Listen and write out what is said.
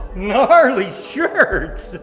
gnarly shirts!